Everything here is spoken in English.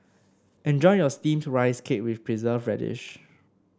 enjoy your steamed Rice Cake with preserve radish